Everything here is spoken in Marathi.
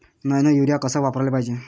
नैनो यूरिया कस वापराले पायजे?